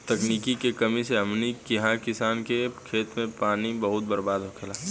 तकनीक के कमी से हमनी किहा किसान के खेत मे पानी बहुत बर्बाद होखेला